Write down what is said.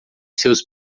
seus